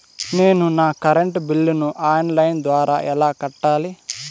నేను నా కరెంటు బిల్లును ఆన్ లైను ద్వారా ఎలా కట్టాలి?